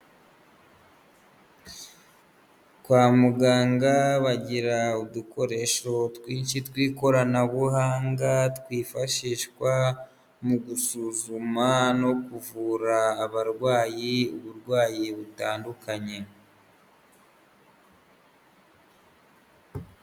Kwa muganga bagira udukoresho twinshi tw'ikoranabuhanga twifashishwa mu gusuzuma no kuvura abarwayi uburwayi butandukanye.